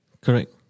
Correct